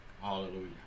Hallelujah